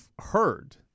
heard